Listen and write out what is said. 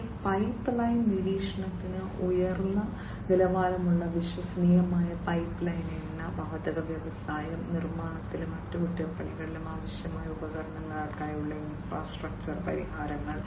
പിന്നെ പൈപ്പ്ലൈൻ നിരീക്ഷണത്തിന് ഉയർന്ന നിലവാരമുള്ള വിശ്വസനീയമായ പൈപ്പ്ലൈൻ എണ്ണ വാതക വ്യവസായം നിർമ്മാണത്തിലും അറ്റകുറ്റപ്പണികളിലും ആവശ്യമായ ഉപകരണങ്ങൾക്കുള്ള ഇൻഫ്രാസ്ട്രക്ചർ പരിഹാരങ്ങൾ